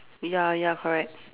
ya ya correct